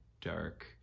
dark